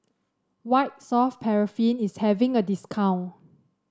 White Soft Paraffin is having a discount